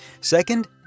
Second